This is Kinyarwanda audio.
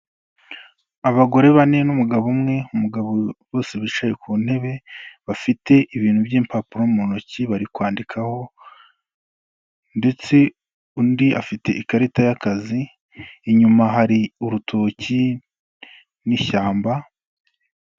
Abagore bane n'umugabo umwe, umugabo bose bicaye ku ntebe bafite ibintu by'impapuro mu ntoki bari kwandikaho ndetse undi afite ikarita y'akazi, inyuma hari urutoki n'ishyamba...